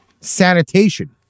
sanitation